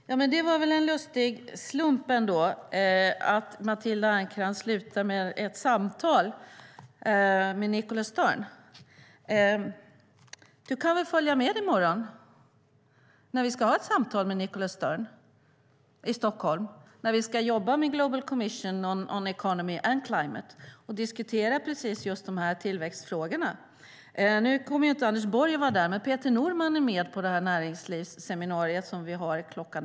Herr talman! Det var väl en lustig slump att Matilda Ernkrans slutar med att nämna ett samtal med Nicholas Stern. Du kan väl följa med i morgon när vi ska ha ett samtal med Nicholas Stern i Stockholm i samband med att vi ska jobba med Global Commission on the Economy and Climate? Vi ska diskutera just tillväxtfrågorna. Nu kommer inte Anders Borg att vara med, men Peter Norman kommer att vara med på näringslivsseminariet kl.